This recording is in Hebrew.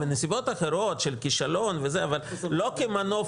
בנסיבות אחרות של כישלון אבל לא כמנוף